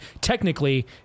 technically